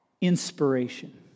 inspiration